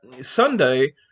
Sunday